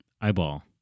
eyeball